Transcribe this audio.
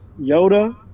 Yoda